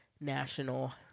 national